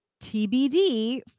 TBD